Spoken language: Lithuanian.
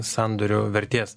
sandorių vertės